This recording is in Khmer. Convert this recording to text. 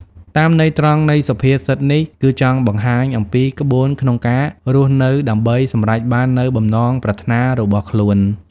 តាមន័យត្រង់នៃសុភាសិតនេះគឺចង់បង្ហាញអំពីក្បួនក្នុងការរស់នៅដើម្បីសម្រេចបាននូវបំណងប្រាថ្នារបស់ខ្លួន។